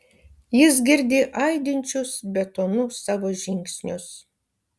jis girdi aidinčius betonu savo žingsnius